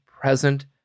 present